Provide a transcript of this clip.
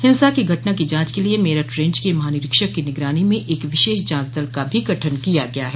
हिंसा की घटना की जांच के लिए मेरठ रेंज के महानिरीक्षक की निगरानी में एक विशेष जांच दल का भी गठन किया गया है